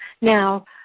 Now